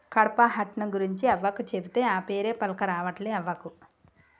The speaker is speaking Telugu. కడ్పాహ్నట్ గురించి అవ్వకు చెబితే, ఆ పేరే పల్కరావట్లే అవ్వకు